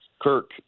Kirk